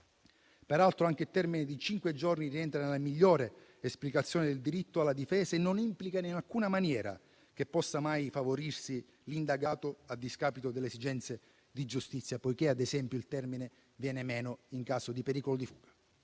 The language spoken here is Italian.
Peraltro, anche il termine di cinque giorni rientra nella migliore esplicazione del diritto alla difesa e non implica, in alcuna maniera, che possa mai favorirsi l'indagato a discapito delle esigenze di giustizia, poiché, ad esempio, il termine viene meno in caso di pericolo di fuga.